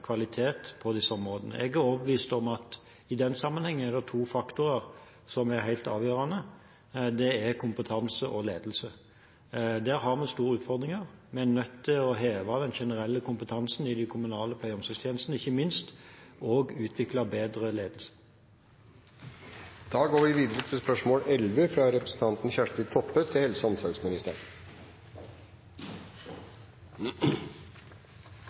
kvalitet på disse områdene. Jeg er overbevist om at det i den sammenheng er to faktorer som er helt avgjørende. Det er kompetanse og ledelse. Der har vi store utfordringer. Vi er nødt til å heve den generelle kompetansen i de kommunale pleie- og omsorgstjenestene og ikke minst også utvikle bedre ledelse.